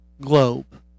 globe